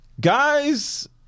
guys